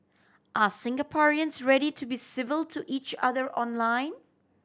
are Singaporeans ready to be civil to each other online